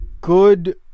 good